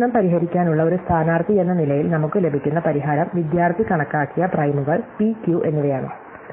പ്രശ്നം പരിഹരിക്കാനുള്ള ഒരു സ്ഥാനാർത്ഥിയെന്ന നിലയിൽ നമുക്ക് ലഭിക്കുന്ന പരിഹാരം വിദ്യാർത്ഥി കണക്കാക്കിയ പ്രൈമുകൾ p q എന്നിവയാണ്